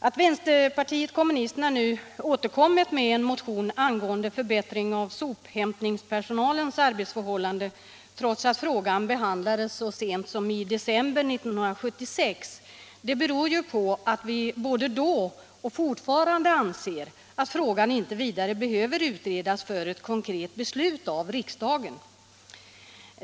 Att vänsterpartiet kommunisterna nu återkommit med en motion angående förbättring av sophämtningspersonalens arbetsförhållanden, trots att frågan behandlades så sent som i december 1976, beror på att vi då ansåg och fortfarande anser att frågan inte behöver utredas vidare för ett beslut av riksdagen.